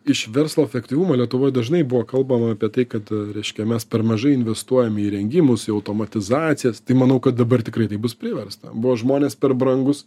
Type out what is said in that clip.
iš verslo efektyvumo lietuvoj dažnai buvo kalbama apie tai kad reiškia mes per mažai investuojam į įrengimus į automatizacijas tai manau kad dabar tikrai tai bus priversta buvo žmonės per brangūs